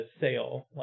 sale